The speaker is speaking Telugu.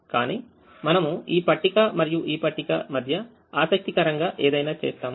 కానీ మనము ఈ పట్టిక మరియు ఈ పట్టిక మధ్య ఆసక్తికరంగా ఏదైనా చేస్తాము